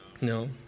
No